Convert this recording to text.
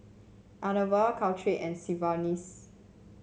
Enervon Caltrate and Sigvaris